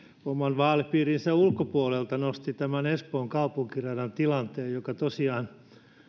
oman vaalipiirinsä ulkopuolelta nosti esiin tämän espoon kaupunkiradan tilanteen joka tosiaan